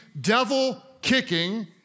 devil-kicking